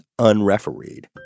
unrefereed